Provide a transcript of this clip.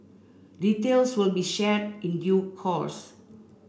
details will be shared in due course